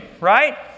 right